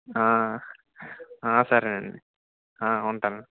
సరే అండి ఉంటాను అండి